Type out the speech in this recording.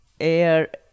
air